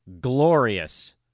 glorious